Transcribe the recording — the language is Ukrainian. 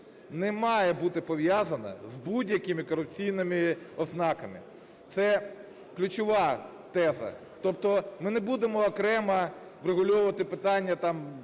не має бути пов'язане з будь-якими корупційними ознаками. Це ключова теза. Тобто ми не будемо окремо врегульовувати питання